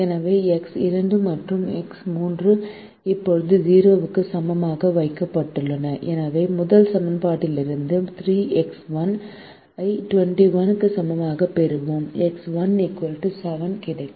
எனவே எக்ஸ் 2 மற்றும் எக்ஸ் 3 இப்போது 0 க்கு சமமாக வைக்கப்பட்டுள்ளன எனவே முதல் சமன்பாட்டிலிருந்து 3X1 ஐ 21 க்கு சமமாகப் பெறுவோம் எக்ஸ் 1 7 கிடைக்கும்